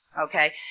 Okay